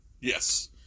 Yes